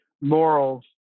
morals